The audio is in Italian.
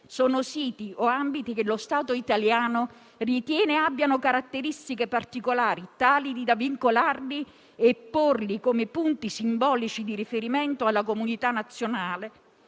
sono siti o ambiti che lo Stato italiano ritiene abbiano caratteristiche particolari, tali da vincolarli e porli come punti simbolici di riferimento alla comunità nazionale,